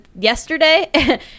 yesterday